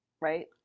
right